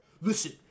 Listen